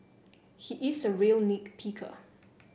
he is a real nit picker